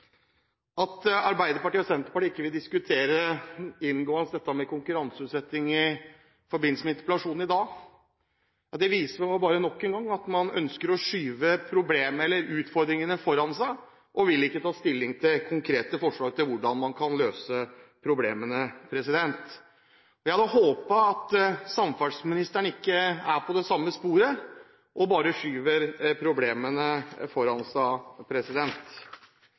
At Arbeiderpartiet og Senterpartiet i forbindelse med interpellasjonen i dag ikke vil diskutere inngående det med konkurranseutsetting, viser nok en gang at man ønsker å skyve problemet – eller utfordringene – foran seg og vil ikke ta stilling til konkrete forslag til hvordan man kan løse problemene. Jeg hadde håpet at samferdselsministeren ikke er på det samme sporet, og ikke bare skyver problemene foran seg.